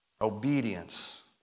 Obedience